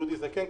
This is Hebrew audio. דודי זקן,